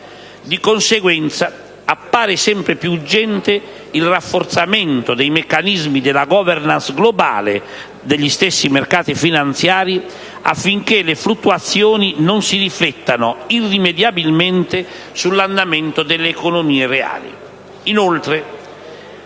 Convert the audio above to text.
Di conseguenza, appare sempre più urgente il rafforzamento dei meccanismi della *governance* globale degli stessi mercati finanziari affinché le fluttuazioni non si riflettano irrimediabilmente sull'andamento delle economie reali.